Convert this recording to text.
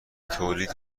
تولید